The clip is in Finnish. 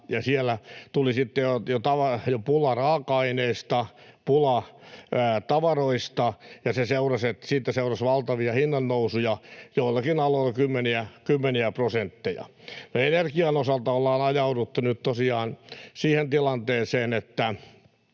Siellä tuli sitten jo pula raaka-aineista, pula tavaroista, ja siitä seurasi valtavia hinnannousuja, joillakin aloilla kymmeniä prosentteja. No energian osalta on ajauduttu nyt tosiaan siihen tilanteeseen,